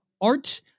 art